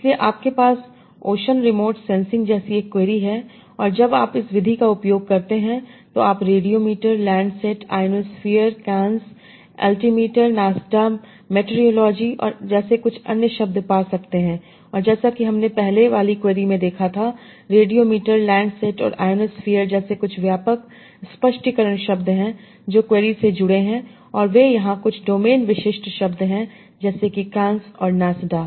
इसलिए आपके पास ओशन रिमोट सेंसिंग जैसी एक क्वेरी है और जब आप इस विधि का उपयोग करते हैं तो आप रेडियोमीटर लैंडसैट आयनोस्फीयर केन्स अल्टीमीटर नासडा मेटेरिओलॉजी और जैसे कुछ अन्य शब्द पा सकते हैं और जैसा कि हमने पहले वाली क्वेरी में देखा था रेडियोमीटर लैंडसैट और आयनोस्फीयर जैसे कुछ व्यापक स्पष्टीकरण शब्द हैं जो क्वेरी से जुड़े हैं और वे यहां कुछ डोमेन विशिष्ट शब्द हैं जैसे कि कांस और नासडा